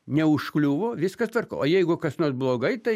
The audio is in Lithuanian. neužkliuvo viskas tvarko o jeigu kas nors blogai tai